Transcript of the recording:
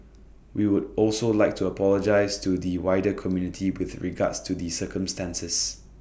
we would also like to apologise to the wider community with regards to the circumstances